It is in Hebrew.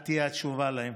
את תהיי התשובה להם.